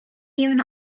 even